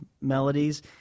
melodies